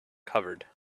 covered